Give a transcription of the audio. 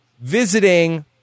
visiting